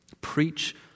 preach